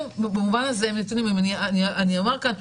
במובן הזה הם נתונים אני אומר כאן,